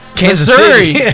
Missouri